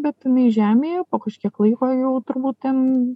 bet jinai žemėje po kažkiek laiko jau turbūt ten